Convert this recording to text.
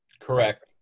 Correct